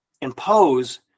impose